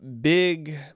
big